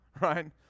right